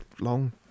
long